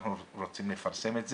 אנחנו רוצים לפרסם את זה.